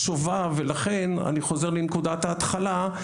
השובב ולכן אני חוזר לנקודת ההתחלה,